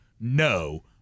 No